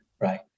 right